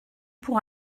pour